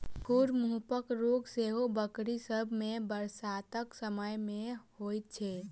खुर मुँहपक रोग सेहो बकरी सभ मे बरसातक समय मे होइत छै